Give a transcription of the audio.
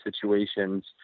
situations